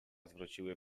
zwróciły